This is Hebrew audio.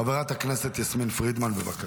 חברת הכנסת יסמין פרידמן, בבקשה.